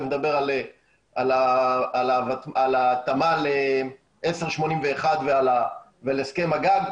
תיכף נדבר על ההתאמה ל-1081 ועל הסכם הגג.